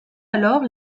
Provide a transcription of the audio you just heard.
alors